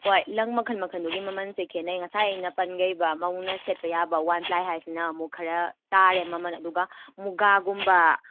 ꯍꯣꯏ ꯂꯪ ꯃꯈꯜ ꯃꯈꯜꯗꯨꯒꯤ ꯃꯃꯟꯁꯦ ꯈꯦꯠꯅꯩ ꯉꯁꯥꯏ ꯑꯩꯅ ꯄꯟꯈ꯭ꯔꯤꯕ ꯃꯧꯅ ꯁꯦꯠꯄ ꯌꯥꯕ ꯋꯥꯟ ꯄ꯭ꯂꯥꯏ ꯍꯥꯏꯁꯤꯅ ꯑꯃꯨꯛ ꯈꯔ ꯇꯥꯔꯦ ꯃꯃꯜ ꯑꯗꯨꯒ ꯃꯨꯒꯥꯒꯨꯝꯕ